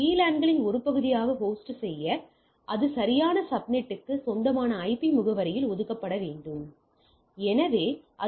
VLAN களின் ஒரு பகுதியாக ஹோஸ்ட் செய்ய அது சரியான சப்நெட்டுக்கு சொந்தமான ஐபி முகவரியில் ஒதுக்கப்பட வேண்டும்